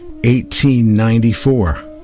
1894